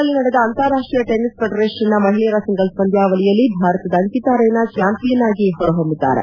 ಸಿಂಗಾಮೂರ್ನಲ್ಲಿ ನಡೆದ ಅಂತಾರಾಷ್ಟೀಯ ಟೆನಿಸ್ ಫೆಡರೇಷನ್ನ ಮಹಿಳೆಯರ ಸಿಂಗಲ್ಸ್ ಪಂದ್ಕಾವಳಿಯಲ್ಲಿ ಭಾರತದ ಅಂಕಿತಾ ರೈನಾ ಚಾಂಪಿಯನ್ ಆಗಿ ಹೊರಹೊಮ್ಮಿದ್ದಾರೆ